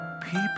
people